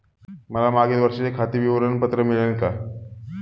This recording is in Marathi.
मला मागील वर्षाचे खाते विवरण पत्र मिळेल का?